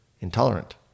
intolerant